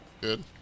Good